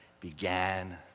began